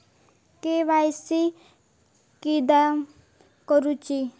KYC किदयाक करूची?